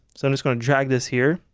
so i'm just going to drag this here